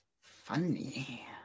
funny